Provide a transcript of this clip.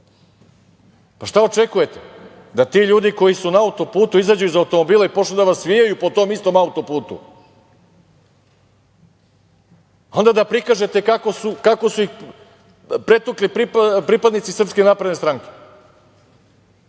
pa šta očekujete da ti ljudi koji su na auto-putu izađu iz automobila i počnu da vas vijaju po tom istom auto-putu. Onda da prikažete kako su ih pretukli pripadnici SNS, da li su